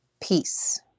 peace